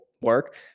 work